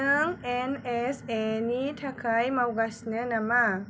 नों एनएसए नि थाखाय मावगासिनो नामा